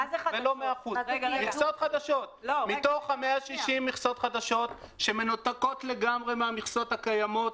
זה לא 100%. מתוך ה-160 מכסות חדשות שמנותקות לגמרי מהמכסות הקיימות,